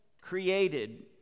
created